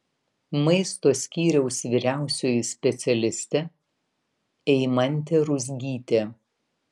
maisto skyriaus vyriausioji specialistė eimantė ruzgytė